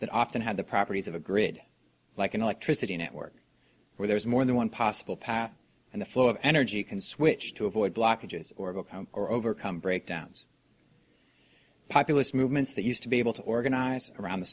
that often have the properties of a grid like an electricity network where there is more than one possible path and the flow of energy can switch to avoid blockages or go or overcome breakdowns populist movements that used to be able to organize around the